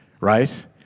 right